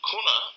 Kuna